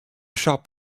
shop